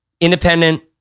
Independent